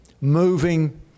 moving